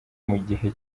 mugihe